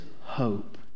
hope